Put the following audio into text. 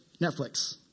Netflix